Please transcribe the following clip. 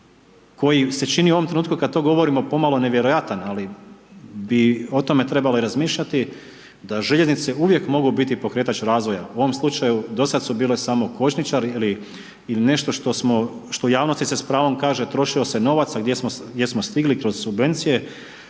koji se čini u ovom trenutku kad to govorimo pomalo nevjerojatan ali bi o tome trebale razmišljati da željeznice uvijek mogu biti pokretač razvoja, u ovom slučaju do sad su bile samo kočničari ili nešto što se u javnosti s pravom kaže trošio novac a gdje smo stigli kroz subvencije